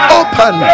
open